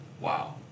wow